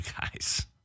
guys